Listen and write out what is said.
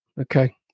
Okay